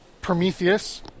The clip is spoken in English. Prometheus